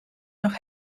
noch